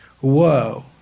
whoa